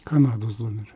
kanados dolerių